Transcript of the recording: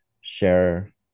share